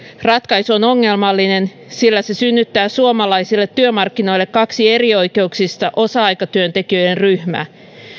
ratkaisu on ongelmallinen sillä se synnyttää suomalaisille työmarkkinoille kaksi erioikeuksista osa aikatyöntekijöiden ryhmää